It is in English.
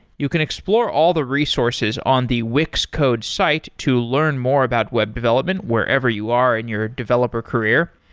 you can explore all the resources on the wix code's site to learn more about web development wherever you are in your developer career.